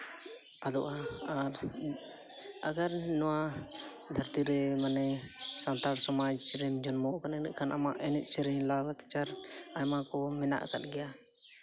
ᱟᱫᱚᱜᱼᱟ ᱟᱨ ᱟᱜᱚᱨ ᱱᱚᱣᱟ ᱫᱷᱟᱹᱨᱛᱤ ᱨᱮ ᱢᱟᱱᱮ ᱥᱟᱱᱛᱟᱲ ᱥᱚᱢᱟᱡᱽ ᱨᱮᱢ ᱡᱚᱱᱢᱚ ᱠᱟᱱᱟ ᱤᱱᱟᱹᱠᱷᱟᱱ ᱟᱢᱟᱜ ᱮᱱᱮᱡ ᱥᱮᱨᱮᱧ ᱞᱟᱭᱼᱞᱟᱠᱪᱟᱨ ᱟᱭᱢᱟ ᱠᱚ ᱢᱮᱱᱟᱜ ᱟᱠᱟᱫ ᱜᱮᱭᱟ